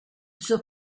suo